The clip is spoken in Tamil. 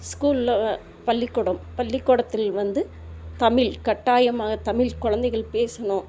ஸ்கூலில் பள்ளிக்கூடம் பள்ளிக்கூடத்தில் வந்து தமிழ் கட்டாயமாக தமிழ் கொழந்தைகள் பேசணும்